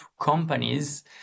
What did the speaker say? companies